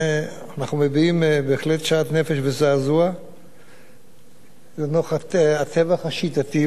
אנחנו מביעים בהחלט שאט-נפש וזעזוע לנוכח הטבח השיטתי,